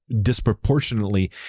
disproportionately